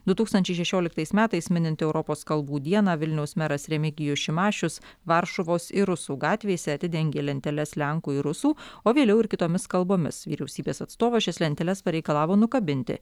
du tūkstančiai šešioliktais metais minint europos kalbų dieną vilniaus meras remigijus šimašius varšuvos ir rusų gatvėse atidengė lenteles lenkų ir rusų o vėliau ir kitomis kalbomis vyriausybės atstovas šis lenteles pareikalavo nukabinti